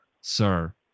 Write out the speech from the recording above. Sir